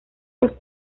los